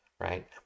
right